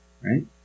Right